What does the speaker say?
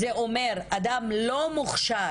זה אומר שאדם לא מוכשר